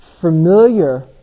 familiar